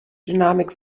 dynamik